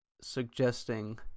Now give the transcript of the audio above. suggesting